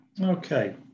Okay